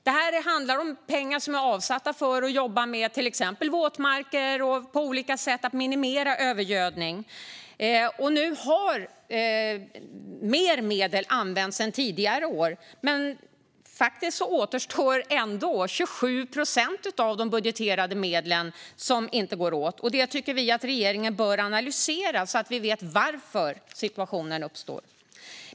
Det handlar om pengar som är avsatta för arbete med till exempel våtmarker och för att på olika sätt minimera övergödning. Mer medel har använts än tidigare år, men ändå återstår 27 procent av de budgeterade medlen. Vi tycker att regeringen bör analysera detta så att vi får veta varför det är så.